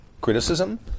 criticism